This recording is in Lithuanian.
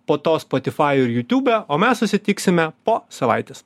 po to spotifajuj ir jutiūbe o mes susitiksime po savaitės